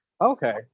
Okay